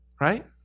Right